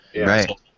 right